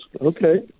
Okay